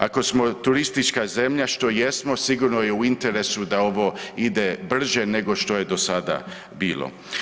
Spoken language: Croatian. Ako smo turistička zemlja, što jesmo, sigurno je u interesu da ovo ide brže nego što je do sada bilo.